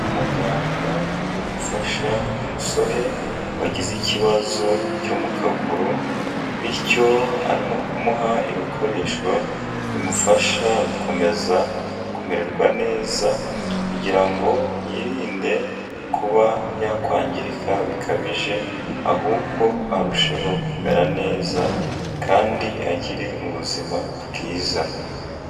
Umuganga uri gufasha umusore wagize ikibazo cyo mu kaguru, bityo arimo kumuha ibikoresho bimufasha gukomeza kumererwa neza kugira ngo yirinde kuba yakwangirika bikabije, ahubwo arusheho kumera neza kandi agire ubuzima bwiza.